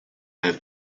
have